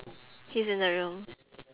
he's in the room